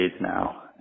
now